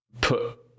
put